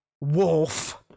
wolf